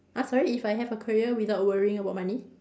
!huh! sorry if I have a career without worrying about money